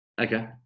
Okay